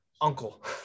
Uncle